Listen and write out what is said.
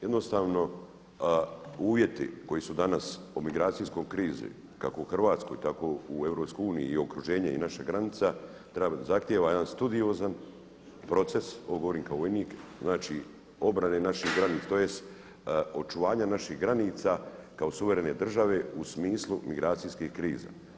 Jednostavno uvjeti koji su danas u migracijskoj krizi kako u Hrvatskoj tako i u EU i okruženje i naših granica zahtjeva jedan studiozan proces, ovo govorim kao vojnik, znači obrane naših granica tj. očuvanja naših granica kao suverene države u smislu migracijske krize.